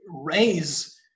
raise